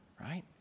right